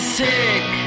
sick